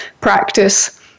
practice